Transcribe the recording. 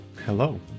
Hello